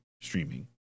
streaming